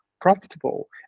profitable